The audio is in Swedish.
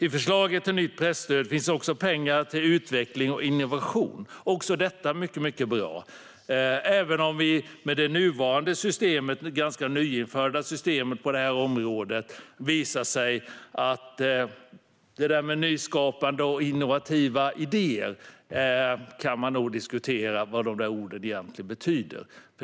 I förslaget till nytt presstöd finns också pengar till utveckling och innovation, också detta mycket bra, även om vi med det ganska nyinförda systemet på det här området nog kan diskutera vad orden nyskapande och innovativa idéer egentligen betyder.